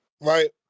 right